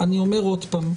אני אומר עוד פעם,